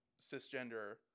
cisgender